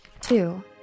Two